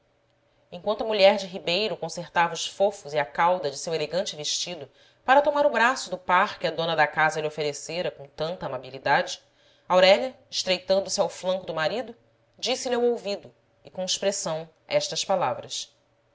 enquanto a mulher de ribeiro consertava os fofos e a cauda de seu elegante vestido para tomar o braço do par que a dona da casa lhe oferecera com tanta amabilidade aurélia estreitando-se ao flanco do marido disse-lhe ao ouvido e com expressão estas palavras